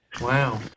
Wow